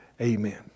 Amen